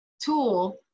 tool